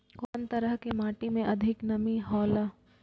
कुन तरह के माटी में अधिक नमी हौला?